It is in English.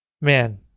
Man